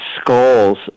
skulls